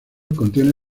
contiene